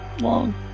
Long